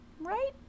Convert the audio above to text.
right